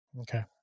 Okay